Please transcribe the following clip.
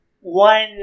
One